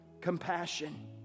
compassion